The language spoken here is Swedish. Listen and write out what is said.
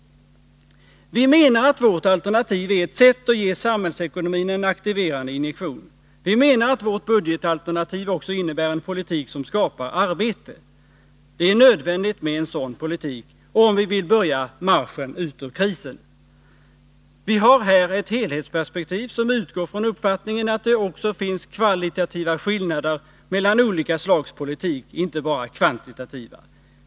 Vi menar att vårt alternativ är ett sätt att ge samhällsekonomin en aktiverande injektion. Vi menar att vårt budgetalternativ också innebär en politik som skapar arbete. Det är nödvändigt med en sådan politik, om vi vill börja marschen ut ur krisen. Vi har här ett helhetsperspektiv som utgår från uppfattningen att det också finns kvalitativa skillnader mellan olika slags politik — inte bara kvantitativa.